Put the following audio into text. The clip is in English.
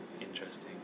interesting